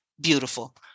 beautiful